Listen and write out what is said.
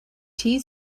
tea